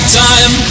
time